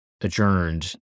adjourned